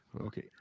okay